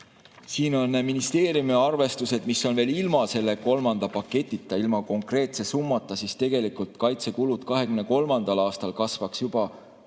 Siin on ministeeriumi arvestused, mis on veel ilma selle kolmanda paketita, ilma konkreetse summata: tegelikult kaitsekulud 2023. aastal kasvaks juba